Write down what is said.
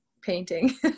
painting